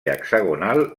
hexagonal